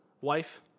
wife